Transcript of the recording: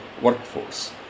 workforce